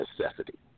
necessity